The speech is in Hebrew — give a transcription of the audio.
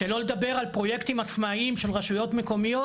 שלא לדבר על פרויקטים עצמאיים של רשויות מקומיות,